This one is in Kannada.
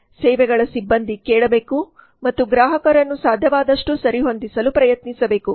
ಸೇವೆಗಳ ಸಿಬ್ಬಂದಿ ಕೇಳಬೇಕು ಮತ್ತು ಗ್ರಾಹಕರನ್ನು ಸಾಧ್ಯವಾದಷ್ಟು ಸರಿಹೊಂದಿಸಲು ಪ್ರಯತ್ನಿಸಬೇಕು